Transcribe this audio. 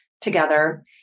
together